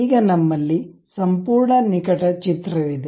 ಈಗ ನಮ್ಮಲ್ಲಿ ಸಂಪೂರ್ಣ ನಿಕಟ ಚಿತ್ರವಿದೆ